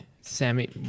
Sammy